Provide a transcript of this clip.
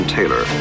Taylor